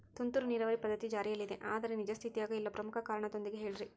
ತುಂತುರು ನೇರಾವರಿ ಪದ್ಧತಿ ಜಾರಿಯಲ್ಲಿದೆ ಆದರೆ ನಿಜ ಸ್ಥಿತಿಯಾಗ ಇಲ್ಲ ಪ್ರಮುಖ ಕಾರಣದೊಂದಿಗೆ ಹೇಳ್ರಿ?